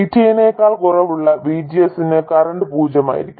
VT നേക്കാൾ കുറവുള്ള VGS ന് കറന്റ് പൂജ്യമായിരിക്കും